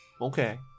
Okay